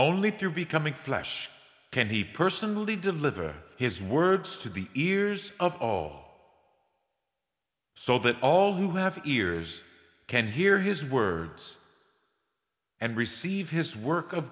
only through becoming flesh can he personally deliver his words to the ears of all so that all who have ears can hear his words and receive his work of